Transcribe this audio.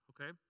Okay